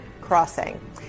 crossing